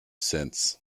sense